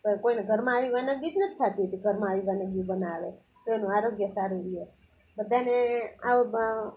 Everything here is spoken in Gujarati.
પણ કોઈને ઘરમાં આવી વાનગીઓ જ નથી થતી હોતી ઘરમાં આવી વાનગીઓ બનાવે તો એનું આરોગ્ય સારું રહે બધાને આવું બા